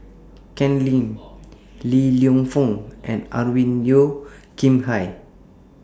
Ken Lim Li Lienfung and Alvin Yeo Khirn Hai